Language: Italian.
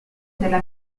della